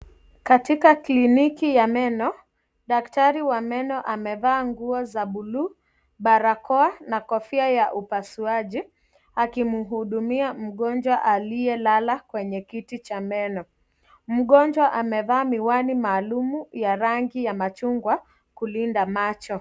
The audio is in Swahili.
Katika kliniki ya meno. Daktari wa meno amevaa nguo za buluu, barakoa na kofia ya upasuaji, akimhudumia mgonjwa aliyelala kwenye kiti cha meno. Mgonjwa amevaa miwani maalum ya rangi ya machungwa, kulinda macho.